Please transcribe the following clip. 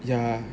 yeah